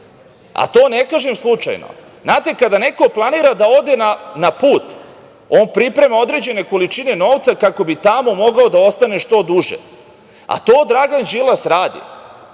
A to ne kažem slučajno. Znate, kada neko planira da ode na put, on priprema određene količine novca kako bi tamo mogao da ostane što duže, a to Dragan Đilas radi.